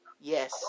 Yes